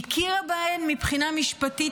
היא הכירה בהן מבחינה משפטית,